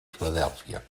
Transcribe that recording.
filadèlfia